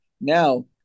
now